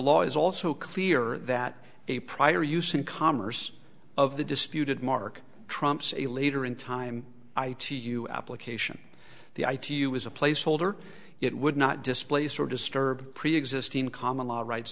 law is also clear that a prior use in commerce of the disputed mark trumps a leader in time i t you application the i to you as a placeholder it would not displace or disturb preexisting common law rights